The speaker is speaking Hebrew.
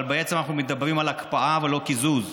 אבל בעצם אנחנו מדברים על הקפאה ולא קיזוז.